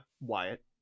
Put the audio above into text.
Wyatt